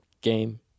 Game